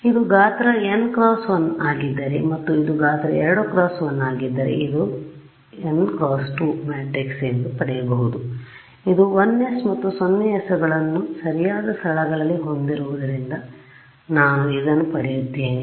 ಇದು ಗಾತ್ರ n × 1 ಆಗಿದ್ದರೆ ಮತ್ತು ಇದು ಗಾತ್ರ 2 × 1 ಆಗಿದ್ದರೆ ಇದನ್ನು n × 2 ಮ್ಯಾಟ್ರಿಕ್ಸ್ ಎಂದು ಪಡೆಯಬಹುದು ಇದು 1s ಮತ್ತು 0s ಗಳನ್ನು ಸರಿಯಾದ ಸ್ಥಳಗಳಲ್ಲಿ ಹೊಂದಿವುರಿಂದ ನಾನು ಇದನ್ನು ಪಡೆಯುತ್ತೇನೆ